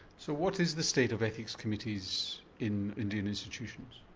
so what is the state of ethics committees in indian institutions?